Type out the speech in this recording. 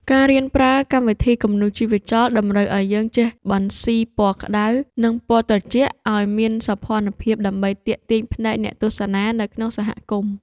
ការរៀនប្រើកម្មវិធីគំនូរជីវចលតម្រូវឱ្យយើងចេះបន្ស៊ីពណ៌ក្តៅ និង ពណ៌ត្រជាក់ឱ្យមានសោភ័ណភាពដើម្បីទាក់ទាញភ្នែកអ្នកទស្សនានៅក្នុងសហគមន៍។